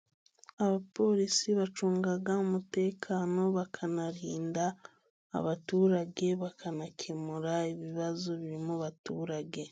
Abaporisi bacunga umutekano， bakanarinda abaturage，bakanakemura ibibazo biri mu baturage.